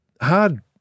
hard